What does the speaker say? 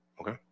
okay